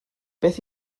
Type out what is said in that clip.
beth